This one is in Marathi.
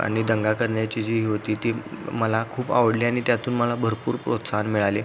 आणि दंगा करण्याची जी ही होती ती मला खूप आवडली आणि त्यातून मला भरपूर प्रोत्साहन मिळाले